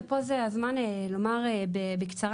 ופה זה הזמן לומר בקצרה,